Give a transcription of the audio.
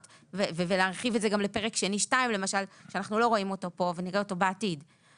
או שאם הוא גר בפיליפינים המחיר הוא 8X